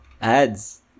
ads